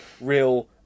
real